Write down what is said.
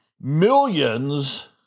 millions